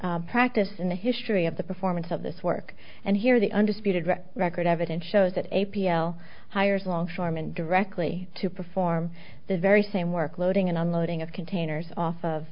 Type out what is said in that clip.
e practice in the history of the performance of this work and here the undisputed record evidence shows that a p l hires longshoreman directly to perform the very same work loading and unloading of containers off of